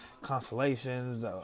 constellations